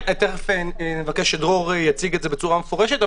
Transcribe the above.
תיכף נבקש שדרור יציג את זה בצורה מפורשת,